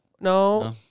No